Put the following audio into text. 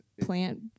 plant